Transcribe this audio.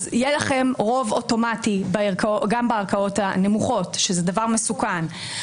אני מציעה את זה.